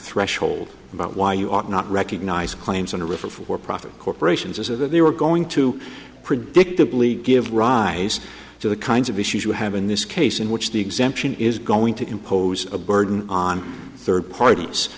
threshold about why you ought not recognize claims on a river for profit corporations as if they were going to predictably give rise to the kinds of issues you have in this case in which the exemption is going to impose a burden on third parties